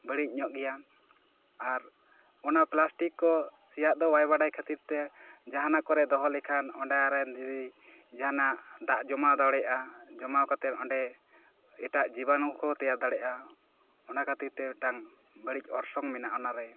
ᱵᱟ ᱲᱤᱡ ᱧᱚᱜ ᱜᱮᱭᱟ ᱟᱨ ᱚᱱᱟ ᱯᱞᱟᱥᱴᱤᱠ ᱠᱚ ᱥᱮᱭᱟᱜ ᱫᱚ ᱵᱟᱭ ᱵᱟᱰᱟᱭ ᱠᱷᱟ ᱛᱤᱨ ᱛᱮ ᱡᱟᱦᱟᱸᱱᱟᱜ ᱠᱚᱨᱮ ᱫᱚᱦᱚ ᱞᱮᱠᱷᱟᱱ ᱚᱱᱟᱨᱮᱱ ᱡᱩᱫᱤ ᱡᱟᱦᱟᱸᱱᱟᱜ ᱫᱟᱜ ᱡᱚᱢᱟᱣ ᱫᱟᱲᱮᱭᱟᱜ ᱟ ᱡᱚᱢᱟᱣ ᱠᱟᱛᱮᱫ ᱚᱸᱰᱮ ᱮᱴᱟᱜ ᱡᱤᱵᱟᱱᱩ ᱦᱚᱸᱠᱚ ᱛᱮᱭᱟᱨ ᱫᱟᱲᱮᱭᱟᱜ ᱟ ᱚᱱᱟ ᱠᱷᱟᱹᱛᱤᱨ ᱛᱮ ᱢᱤᱜᱴᱟᱱ ᱵᱟᱲᱤᱡ ᱚᱨᱥᱚᱝ ᱢᱮᱱᱟᱜᱼᱟ ᱚᱱᱟ ᱨᱮ